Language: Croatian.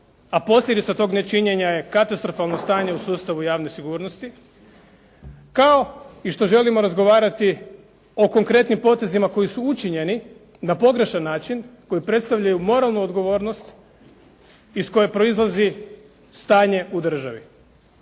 a posljedica tog nečinjenja je katastrofalno stanje u sustavu javne sigurnosti. Kao i što želimo razgovarati o konkretnim potezima koji su učinjeni na pogrešan način koji predstavljaju moralnu odgovornost iz koje proizlazi stanje u državi.